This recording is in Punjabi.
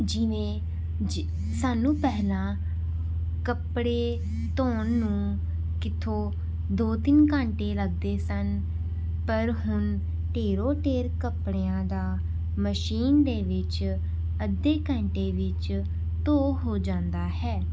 ਜਿਵੇਂ ਸਾਨੂੰ ਪਹਿਲਾਂ ਕੱਪੜੇ ਧੋਣ ਨੂੰ ਕਿੱਥੇ ਦੋ ਤਿੰਨ ਘੰਟੇ ਲੱਗਦੇ ਸਨ ਪਰ ਹੁਣ ਢੇਰ ਢੇਰ ਕੱਪੜਿਆਂ ਦਾ ਮਸ਼ੀਨ ਦੇ ਵਿੱਚ ਅੱਧੇ ਘੰਟੇ ਵਿੱਚ ਧੋ ਹੋ ਜਾਂਦਾ ਹੈ